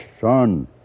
son